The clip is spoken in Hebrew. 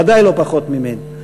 ודאי לא פחות ממני.